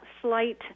slight